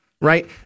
Right